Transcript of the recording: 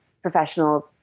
professionals